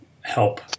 help